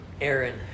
Aaron